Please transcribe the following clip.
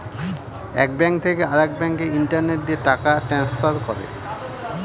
এক ব্যাঙ্ক থেকে আরেক ব্যাঙ্কে ইন্টারনেট দিয়ে টাকা ট্রান্সফার করে